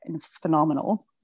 phenomenal